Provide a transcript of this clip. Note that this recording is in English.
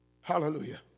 hallelujah